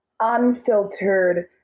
unfiltered